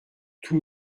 tout